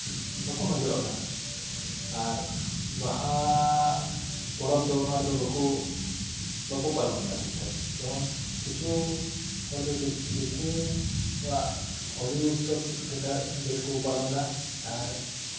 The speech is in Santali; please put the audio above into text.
ᱵᱟᱠᱚ ᱱᱚᱡᱚᱨᱟᱜ ᱠᱟᱱᱟ ᱟᱨ ᱵᱟᱦᱟ ᱯᱚᱨᱚᱵᱽ ᱫᱚ ᱩᱱᱟᱹᱜ ᱟᱸᱴ ᱵᱟᱠᱚ ᱯᱟᱞᱚᱱ ᱮᱫᱟ ᱴᱷᱤᱠ ᱴᱷᱟᱠ ᱡᱮᱢᱚᱱ ᱠᱤᱪᱷᱩ ᱦᱚᱲ ᱫᱚ ᱫᱤᱠᱩ ᱠᱚᱣᱟᱜ ᱦᱚᱞᱤ ᱩᱛᱥᱚᱵ ᱰᱷᱮᱨ ᱠᱚ ᱯᱟᱞᱚᱱ ᱫᱟ ᱟᱨ